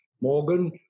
Morgan